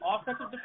offensive